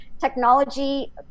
Technology